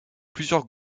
plusieurs